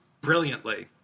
brilliantly